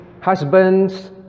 husbands